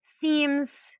themes